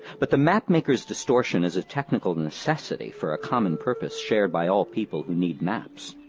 but the map-maker's distortion is a technical and necessity for a common purpose shared by all people who need maps.